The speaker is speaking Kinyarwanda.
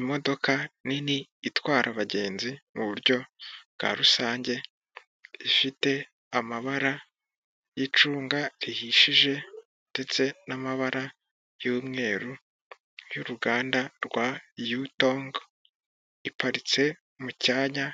Imodoka nini itwara abagenzi muburyo bwa rusange, ifite amabara y'icunga rihishije ndetse n'amabara y'mweru y'uruganda rwa utongo iparitse mu cyanya